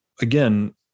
again